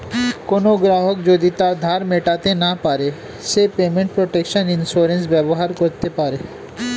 কোনো গ্রাহক যদি তার ধার মেটাতে না পারে সে পেমেন্ট প্রটেকশন ইন্সুরেন্স ব্যবহার করতে পারে